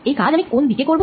এই কাজ আমি কোন দিকে করব